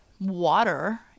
Water